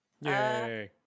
Yay